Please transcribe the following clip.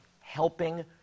helping